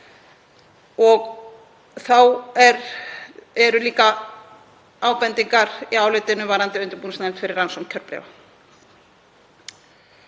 Þá eru líka ábendingar í álitinu varðandi undirbúningsnefnd fyrir rannsókn kjörbréfa.